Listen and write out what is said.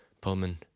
Pullman